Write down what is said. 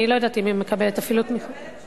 אני לא יודעת אם היא מקבלת אפילו תמיכת סעד.